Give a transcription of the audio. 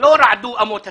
לא רעדו אמות הסיפים.